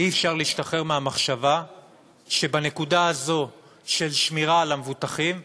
אי-אפשר להשתחרר מהמחשבה שבנקודה הזאת של שמירה על המבוטחים,